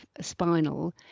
spinal